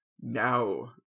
now